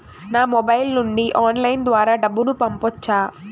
నా మొబైల్ నుండి ఆన్లైన్ ద్వారా డబ్బును పంపొచ్చా